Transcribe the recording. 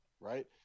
right